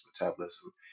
metabolism